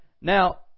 Now